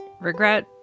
Regret